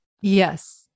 yes